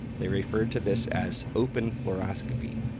they referred to this as open fluoroscopy.